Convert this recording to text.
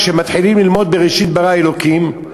כשמתחילים ללמוד "בראשית ברא אלוקים",